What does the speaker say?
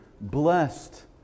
blessed